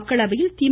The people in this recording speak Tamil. மக்களவையில் தி